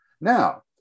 Now